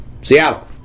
Seattle